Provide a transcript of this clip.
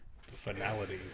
Finality